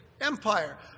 Empire